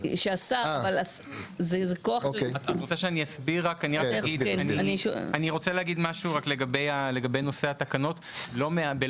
אבל אם תוסיפי: "בכל התקנות לפי